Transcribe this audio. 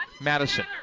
Madison